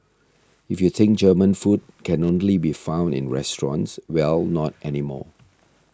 if you think German food can only be found in restaurants well not anymore